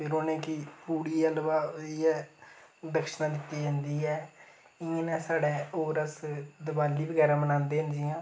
उ'नेंगी पूड़ी हलवा इयै दक्षना दित्ती जंदी ऐ इ'यां गै साढ़ै होर अस दवाली बगैरा मनांदे न जि'यां